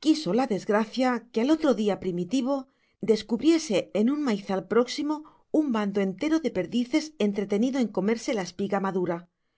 quiso la desgracia que al otro día primitivo descubriese en un maizal próximo un bando entero de perdices entretenido en comerse la espiga madura